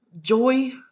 Joy